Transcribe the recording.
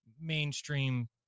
mainstream